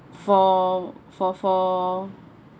for for for